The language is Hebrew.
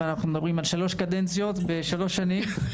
ואנחנו מדברים על שלוש קדנציות בשלוש שנים,